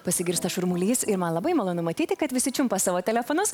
pasigirsta šurmulys ir man labai malonu matyti kad visi čiumpa savo telefonus